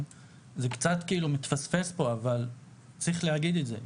זה כאילו קצת מתפספס כאן אבל צריך להגיד את זה.